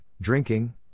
drinking